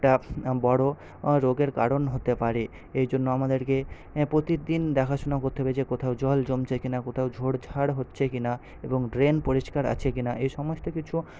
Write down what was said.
একটা বড় রোগের কারণ হতে পারে এইজন্য আমাদেরকে প্রতিদিন দেখাশোনা করতে হবে যে কোথাও জল জমছে কিনা কোথাও ঝোড়ঝাড় হচ্ছে কিনা এবং ড্রেন পরিষ্কার আছে কিনা এই সমস্ত কিছু